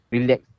Relax